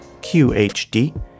qhd